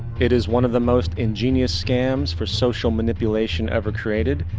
it is one of the most ingenious scams for social manipulation ever created.